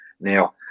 Now